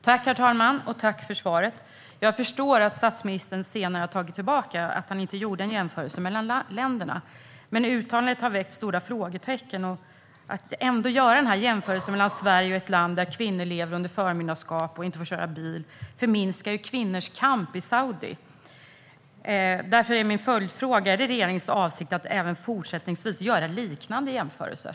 Herr talman! Tack för svaret! Jag förstår att statsministern senare har tagit tillbaka det och att han inte gjorde en jämförelse mellan länderna. Men uttalandet har väckt stora frågetecken, och att ändå göra den här jämförelsen mellan Sverige och ett land där kvinnor lever under förmyndarskap och inte får köra bil förminskar ju kvinnors kamp i Saudiarabien. Därför är min följdfråga: Är det regeringens avsikt att även fortsättningsvis göra liknande jämförelser?